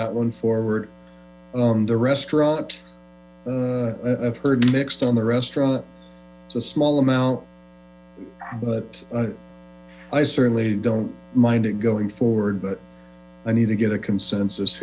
that one forward the restaurant i've heard mixed on the restaurant it's a smll amount but i certainly don't mind it going forward bt i need to get a consensus